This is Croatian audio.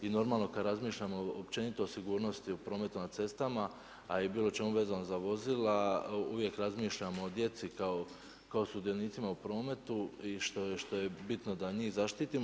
I normalno kada razmišljamo općenito o sigurnosti u prometu na cestama a i bilo čemu vezano za vozila, uvijek razmišljamo o djeci kao sudionicima u prometu i što je bitno da njih zaštitimo.